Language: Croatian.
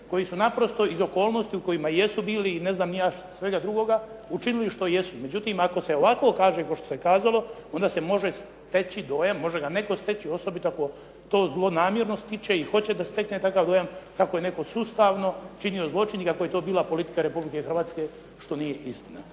koji su naprosto iz okolnosti u kojima jesu bili i ne znam ni ja svega drugoga učinili što jesu. Međutim, ako se ovako kaže kao što se kazalo, onda se može steći dojam, može ga netko steći osobito ako to zlonamjerno stiče i hoće da stekne takav dojam, kako je netko sustavno činio zločin i kako je to bila politika Republike Hrvatske što nije istina.